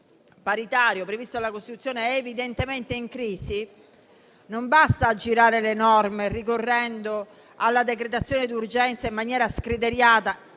paritario previsto dalla Costituzione è evidentemente in crisi, non basta aggirare le norme ricorrendo alla decretazione d'urgenza in maniera scriteriata